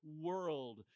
world